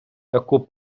таку